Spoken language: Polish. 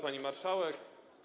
Pani Marszałek!